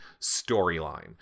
storyline